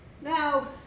Now